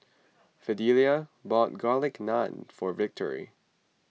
Fidelia bought Garlic Naan for Victory